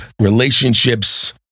relationships